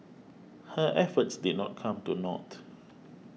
her efforts did not come to naught